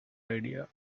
idea